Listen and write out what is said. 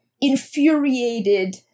infuriated